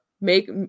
make